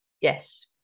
Yes